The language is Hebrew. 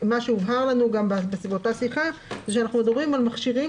הובהר לנו באותה שיחה שמדובר על מכשירים